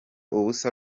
ubusa